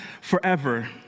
forever